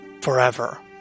forever